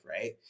right